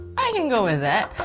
i can go with that.